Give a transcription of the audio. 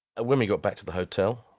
when we got back to the hotel,